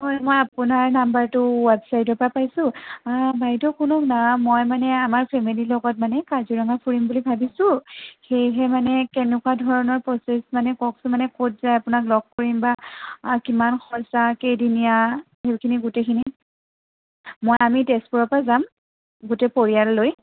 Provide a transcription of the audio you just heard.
হয় মই আপোনাৰ নাম্বাৰটো ৱেবচাইডৰ পৰা পাইছোঁ বাইদেউ শুনক না মই মানে আমাৰ ফেমেলীৰ লগত মানে কাজিৰঙা ফুৰিম বুলি ভাবিছোঁ সেয়েহে মানে কেনেকুৱা ধৰণৰ প্ৰচেছ মানে কওকচোন মানে ক'ত যাই আপোনাক লগ কৰিম বা কিমান খৰচা কেইদিনীয়া সেইখিনি গোটেইখিনি মই আমি তেজপুৰৰ পৰা যাম গোটেই পৰিয়াল লৈ